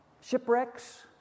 shipwrecks